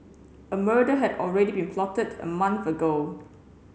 a murder had already been plotted a month ago